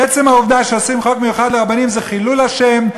עצם העובדה שעושים חוק מיוחד לרבנים זה חילול השם,